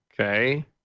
Okay